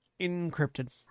encrypted